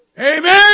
Amen